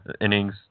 innings